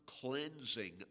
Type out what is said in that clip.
cleansing